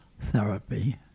therapy